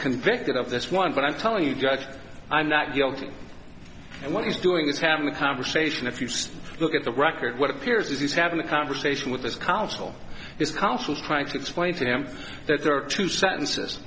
convicted of this one but i'm telling you just i'm not guilty and what he's doing is having the conversation if you look at the record what appears is he's having a conversation with his counsel his counsel trying to explain to him that there are two sentences